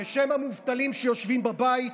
בשם המובטלים שיושבים בבית,